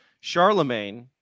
Charlemagne